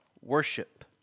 worship